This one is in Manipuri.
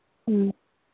ꯎꯝ